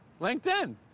LinkedIn